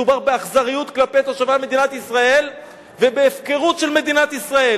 מדובר באכזריות כלפי תושבי מדינת ישראל ובהפקרות של מדינת ישראל.